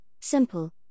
simple